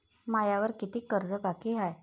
मायावर कितीक कर्ज बाकी हाय?